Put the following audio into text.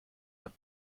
hat